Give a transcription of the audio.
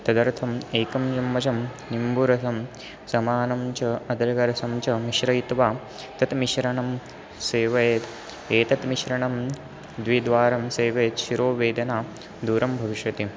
तदर्थम् एकं चम्मजं निम्बुरसं समानं च अद्रकरसं च मिश्रयित्वा तत् मिश्रणं सेवयेत् एतत् मिश्रणं द्विद्वारं सेवेत् शिरोवेदना दूरं भविष्यति